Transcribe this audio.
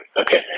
Okay